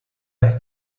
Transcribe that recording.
vez